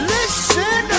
Listen